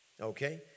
Okay